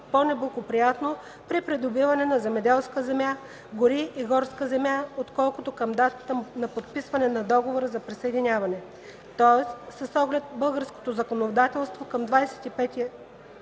по-неблагоприятно при придобиване на земеделска земя, гори и горска земя, отколкото към датата на подписване на Договора за присъединяване, тоест с оглед българското законодателство към 25